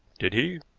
did he?